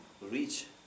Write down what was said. reach